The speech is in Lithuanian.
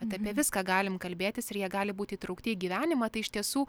bet apie viską galim kalbėtis ir jie gali būti įtraukti į gyvenimą tai iš tiesų